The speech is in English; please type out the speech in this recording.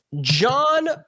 John